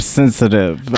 sensitive